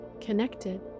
connected